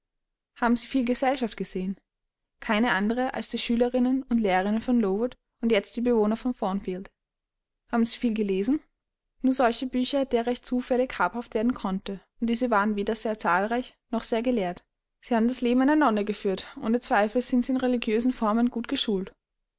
haben sie viel gesellschaft gesehen keine andere als die schülerinnen und lehrerinnen von lowood und jetzt die bewohner von thornfield haben sie viel gelesen nur solche bücher derer ich zufällig habhaft werden konnte und diese waren weder sehr zahlreich noch sehr gelehrt sie haben das leben einer nonne geführt ohne zweifel sind sie in religiösen formen gut